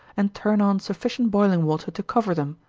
and turn on sufficient boiling water to cover them,